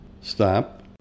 stop